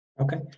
Okay